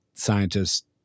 Scientists